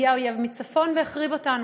הגיע אויב מצפון והחריב אותנו.